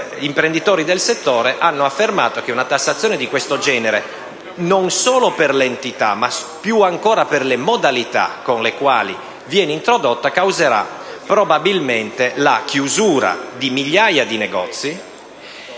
rilevante *export*, ha affermato che una tassazione di questo genere, non solo per l'entità ma più ancora per le modalità con le quali viene introdotta, causerà probabilmente la chiusura di migliaia di negozi,